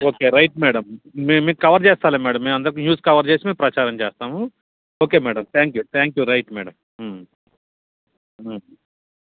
okay right madam మేము మీకు cover చేస్తాములే మేడం మేము అందరికీ న్యూస్ కవర్ చేసి మేం ప్రచారం చేస్తాము okay madam thank you thank you right madam